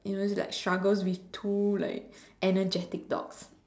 you know it's like struggles with two like energetic dogs